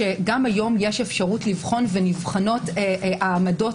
גם היום יש אפשרות לבחון ונבחנות העמדות